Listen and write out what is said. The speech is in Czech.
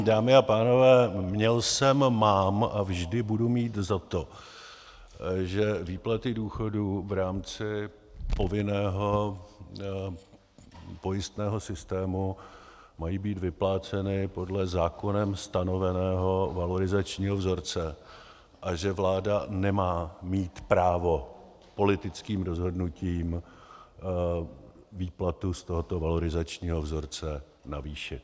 Dámy a pánové, měl jsem, mám a vždy budu mít za to, že výplaty důchodů v rámci povinného pojistného systému mají být vypláceny podle zákonem stanoveného valorizačního vzorce a že vláda nemá mít právo politickým rozhodnutím výplatu z tohoto valorizačního vzorce navýšit.